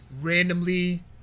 randomly